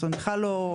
זאת אומרת,